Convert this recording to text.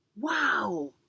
Wow